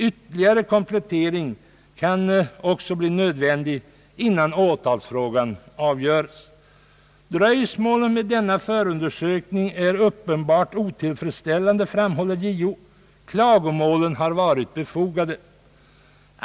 Ytterligare komplettering kan också bli nödvändig innan åtalsfrågan avgörs. Dröjsmålet med denna förundersökning är uppenbart otillfredsställande, framhåller JO. Klagomålen har varit befogade.